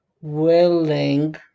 willing